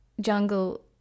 jungle